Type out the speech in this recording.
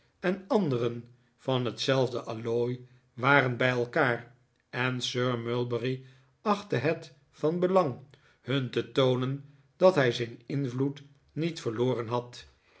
en anderen van hetzelfde allooi waren bij elkaar en sir mulberry achtte het van belang hun te toonen dat hij zijn invloed niet verloren had